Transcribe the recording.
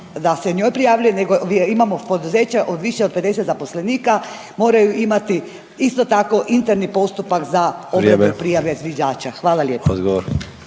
da se njoj prijavljuje nego imamo poduzeće od više od 50 zaposlenika moraju imati isto tako interni postupak za …/Govornik se ne razumije/…prijave zviždača. Hvala lijepo.